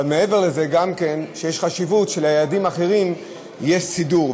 גם יש חשיבות שלילדים האחרים יש סידור,